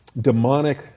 Demonic